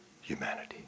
humanity